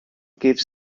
gives